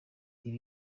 ibi